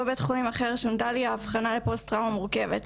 בבית חולים אחר שונתה לי האבחנה לפוסט טראומה מורכבת,